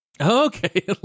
Okay